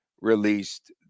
released